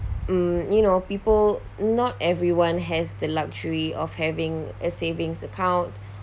um you know people not everyone has the luxury of having a savings account